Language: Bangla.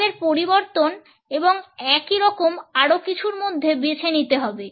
আমাদের পরিবর্তন এবং একই রকম আরও কিছুর মধ্যে বেছে নিতে হবে